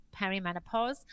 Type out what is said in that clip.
perimenopause